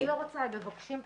אני לא רוצה, הם מבקשים פשוט.